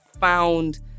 found